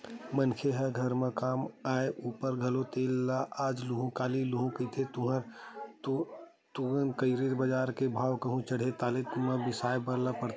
मनखे ह घर म काम आय ऊपर म घलो तेल ल आज लुहूँ काली लुहूँ कहिके तुंगत रहिथे बजार के भाव कहूं चढ़गे ताहले जादा म बिसाय ल परथे